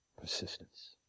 persistence